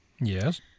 Yes